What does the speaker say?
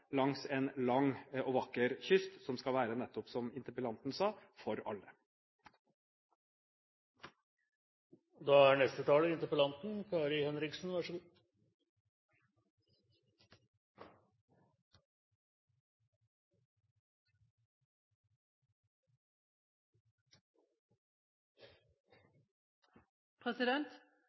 langs en lang og vakker kyst, som skal være – nettopp som interpellanten sa – for alle. Jeg er